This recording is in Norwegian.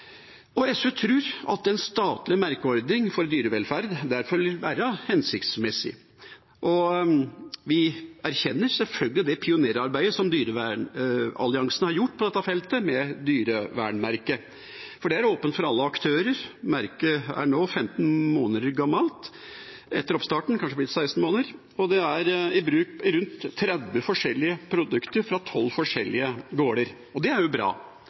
fra. SV tror at en statlig merkeordning for dyrevelferd derfor vil være hensiktsmessig. Vi erkjenner selvfølgelig det pionerarbeidet som Dyrevernalliansen har gjort på dette feltet med dyrevernmerket. Det er åpent for alle aktører. Merket er nå 15 måneder gammelt etter oppstarten, kanskje 16 måneder, og det er i bruk på rundt 30 forskjellige produkter fra 12 forskjellige gårder. Det er jo bra.